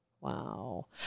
Wow